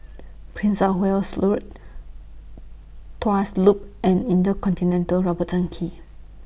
Prince of Wales Road Tuas Loop and InterContinental Roberton Quay